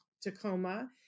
Tacoma